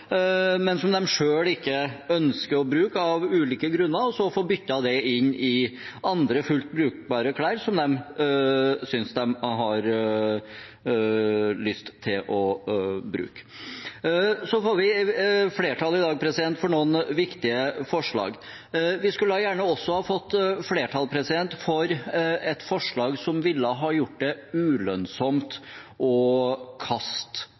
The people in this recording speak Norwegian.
men som de selv ikke ønsker å bruke av ulike grunner, og så få byttet dem inn i andre fullt brukbare klær som de har lyst til å bruke. Vi får flertall i dag for noen viktige forslag. Vi skulle gjerne også fått flertall for et forslag som ville ha gjort det ulønnsomt for klesbutikkene å kaste